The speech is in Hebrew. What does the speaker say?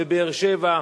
בבאר-שבע,